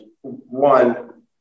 one